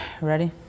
ready